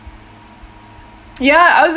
ya I was